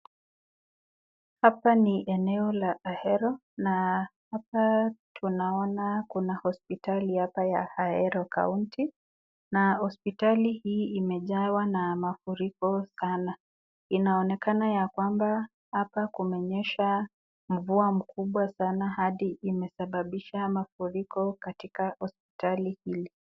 Hapa ni eneo la Ahero na hapa tunaona kuna hospitali hapa ya Ahero kaunti na hospitali hii imejawa na mafuriko sana inaonekana ya kwamba hapa kumenyesha mvua mkubwa sana hadi imesababisha mafuriko katika hospitali hili.